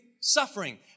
suffering